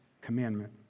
commandment